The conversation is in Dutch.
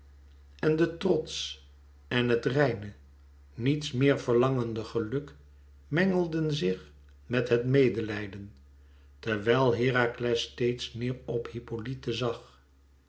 en de trots en het reine niets meer verlangende geluk mengelden zich met het medelijden terwijl herakles steeds neêr op hippolyte zag